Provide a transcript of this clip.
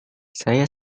saya